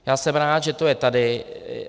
Já jsem rád, že to je tady.